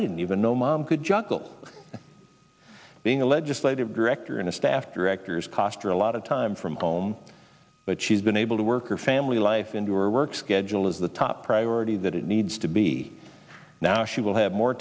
didn't even know mom could juggle being a legislative director in a staff director's koster a lot of time from home but she's been able to work her family life into her work schedule is the top priority that it needs to be now she will have more